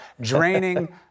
draining